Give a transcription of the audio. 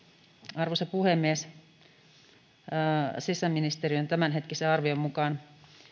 arvoisa puhemies sisäministeriön tämänhetkisen arvion mukaan